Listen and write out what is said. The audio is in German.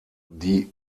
die